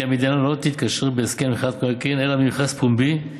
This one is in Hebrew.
כי המדינה לא תתקשר בהסכם למכירת מקרקעין אלא במכרז פומבי,